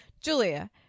Julia